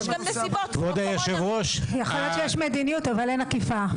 יכול להיות שיש מדיניות, אבל אין אכיפה.